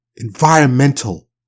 Environmental